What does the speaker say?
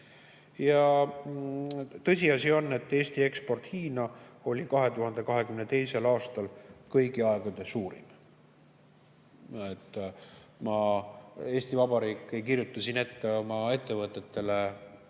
Ja tõsiasi on, et Eesti eksport Hiina oli 2022. aastal kõigi aegade suurim. Eesti Vabariik ei kirjuta siin ette oma ettevõtetele